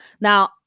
now